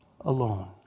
alone